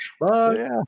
Bye